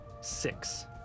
six